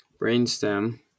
brainstem